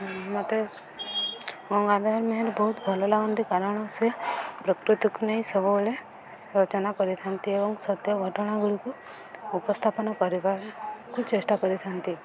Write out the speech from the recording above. ମୋତେ ଗଙ୍ଗାଧର ମେହେର ବହୁତ ଭଲ ଲାଗନ୍ତି କାରଣ ସେ ପ୍ରକୃତିକୁ ନେଇ ସବୁବେଳେ ରଚନା କରିଥାନ୍ତି ଏବଂ ସତ୍ୟ ଘଟଣା ଗୁଡ଼ିକୁ ଉପସ୍ଥାପନ କରିବାକୁ ଚେଷ୍ଟା କରିଥାନ୍ତି